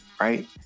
right